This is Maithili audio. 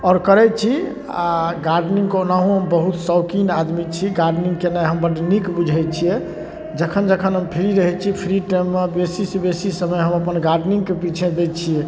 आओर करै छी आ गार्डेनिङ्गके ओनाहु बहुत शौकीन आदमी छी गार्डेनिङ्ग केनाइ हम बड़ नीक बुझै छिए जखन जखन हम फ्री रहै छी फ्री टाइममे बेसीसँ बेसी समय हम अपन गार्डेनिङ्गके पिछे दै छिए